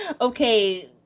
Okay